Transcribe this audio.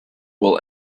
will